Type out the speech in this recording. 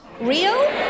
Real